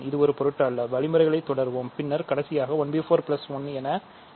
இது ஒரு பொருட்டு அல்ல வழிமுறைகளை தொடருவோம் பின்னர் கடைசியாக ¼ 1 என இருக்கும்